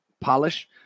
polish